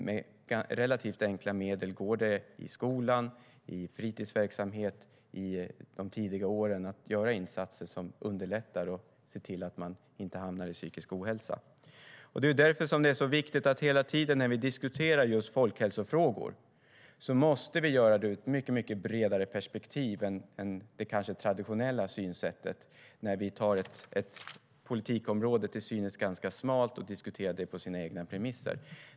Med relativt enkla medel går det, i skolan och fritidsverksamhet och under barnens tidiga år, att göra insatser som underlättar för att barnen inte ska hamna i psykisk ohälsa. När vi diskuterar folkhälsofrågor är det därför viktigt att vi gör det ur ett bredare perspektiv än det kanske traditionella synsättet, där vi tar ett ganska smalt politikområde och diskuterar det på dess egna premisser.